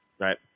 Right